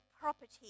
property